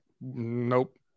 Nope